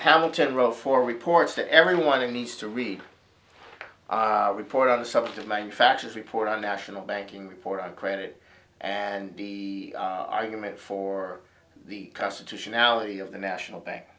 how to row for reports that everyone needs to read a report on the subject of manufactures report on national banking report on credit and the argument for the constitutionality of the national bank